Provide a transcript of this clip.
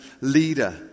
leader